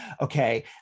Okay